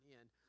end